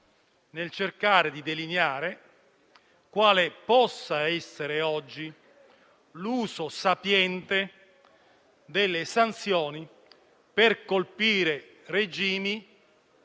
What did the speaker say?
per cercare di delineare quale possa essere oggi l'uso sapiente delle sanzioni per colpire regimi